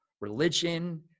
religion